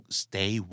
stay